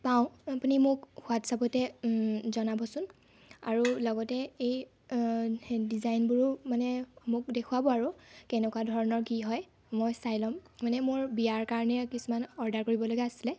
পাওঁ আপুনি মোক ৱাটচ্এপতে জনাবচোন আৰু লগতে এই ডিজাইনবোৰো মানে মোক দেখুৱাব আৰু কেনেকুৱা ধৰণৰ কি হয় মই চাই ল'ম মানে মোৰ বিয়াৰ কাৰণে কিছুমান অৰ্ডাৰ কৰিবলগা আছিলে